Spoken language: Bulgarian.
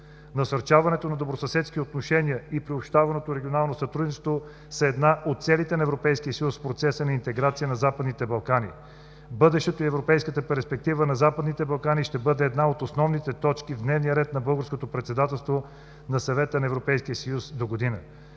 Насърчаването на добросъседски отношения и приобщаваното регионално сътрудничество са една от целите на Европейския съюз в процеса на интеграция на Западните Балкани. Бъдещето и европейската перспектива на Западните Балкани ще бъде една от основните точки в дневния ред на българското председателство на Съвета на Европейския съюз догодина.